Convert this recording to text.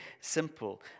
simple